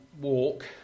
walk